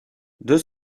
deux